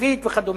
התקציבית וכדומה,